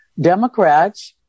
Democrats